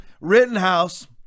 Rittenhouse